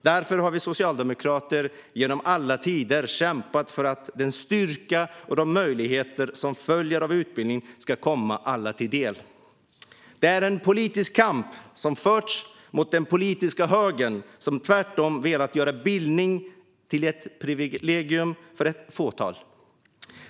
Därför har vi socialdemokrater genom alla tider kämpat för att den styrka och de möjligheter som följer av utbildning ska komma alla till del. Det är en politisk kamp som har förts mot den politiska högern, som tvärtom har velat göra bildning till ett privilegium för ett fåtal.